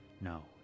No